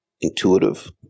intuitive